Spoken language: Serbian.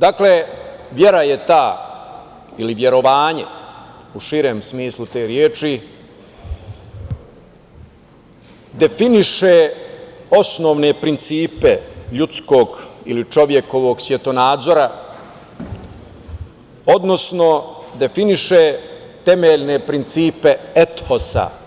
Dakle, vera je ta ili verovanje, u širem smislu te reči, definiše osnovne principe ljudskog ili čovekovog svetonazora, odnosno definiše temeljne principe ethosa –